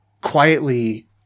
quietly